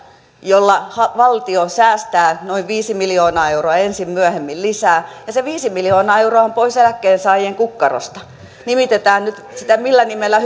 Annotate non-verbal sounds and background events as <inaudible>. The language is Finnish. jolla valtio säästää noin viisi miljoonaa euroa ensin myöhemmin lisää ja se viisi miljoonaa euroa on pois eläkkeensaajien kukkarosta nimitetään sitä nyt millä nimellä <unintelligible>